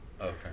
Okay